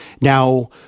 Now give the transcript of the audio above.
Now